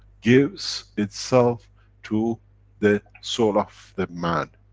gives itself to the soul of the man.